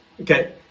Okay